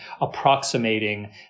approximating